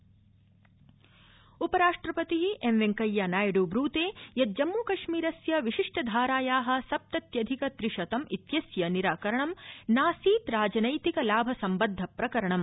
उपराष्ट्रपति उपराष्ट्रपति एम् वेंकैया नायडू ब्रूते यत् जम्मूकश्मीरस्य विशिष्ट धाराया सप्तत्यधिक त्रिशतं इत्यस्य निराकरणं नासीत् राजनैतिक लाभ सम्बद्ध प्रकरणं